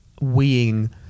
weeing